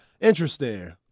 Interesting